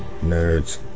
nerds